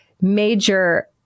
major